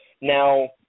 Now